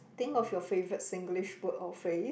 think of your favourite Singlish word or phrase